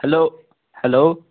hello hello